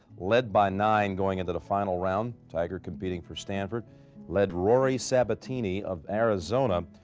led by nine going into the final round tiger competing for stanford led rory sabbatini of arizona.